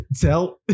tell